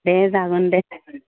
दे जागोन दे